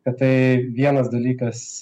kad tai vienas dalykas